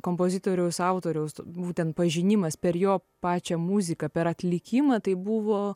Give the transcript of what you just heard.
kompozitoriaus autoriaus būtent pažinimas per jo pačią muziką per atlikimą tai buvo